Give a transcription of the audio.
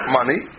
money